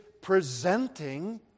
presenting